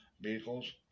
vehicles